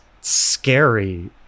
scary